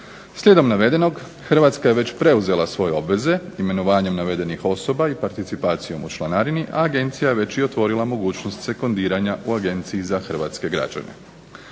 Slijedom navedenog Hrvatska je već preuzela svoje obveze imenovanjem navedenih osoba i participacijom u članarini, a Agencija je već i otvorila mogućnost sekundiranja u Agenciji za hrvatske građane.